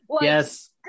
Yes